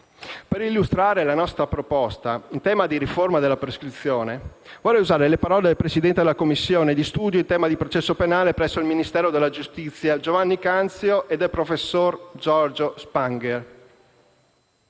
Per illustrare la nostra proposta in tema di riforma della prescrizione, vorrei usare le parole del presidente della commissione di studio in tema di processo penale presso il Ministero della giustizia, Giovanni Canzio, e del professor Giorgio Spangher: